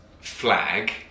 flag